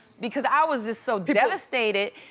because i was just so devastated.